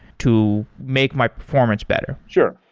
to make my performance better? sure.